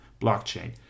blockchain